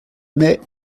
mais